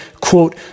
quote